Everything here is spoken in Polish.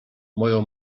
moją